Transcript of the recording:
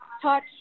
touch